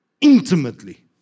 intimately